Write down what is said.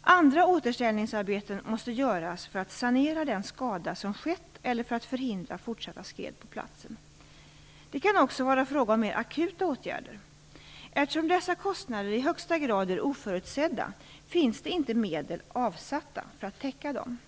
Andra återställningsarbeten måste göras för att sanera den skada som skett eller för att förhindra fortsatta skred på platsen. Det kan också vara fråga om mer akuta åtgärder. Eftersom dessa kostnader i högsta grad är oförutsedda finns det inte medel avsatta för att täcka dem.